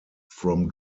from